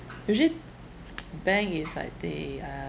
usually bank is like they are